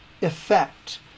effect